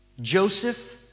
Joseph